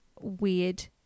weird